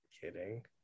kidding